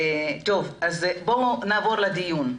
בואו נעבור לדיון.